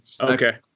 okay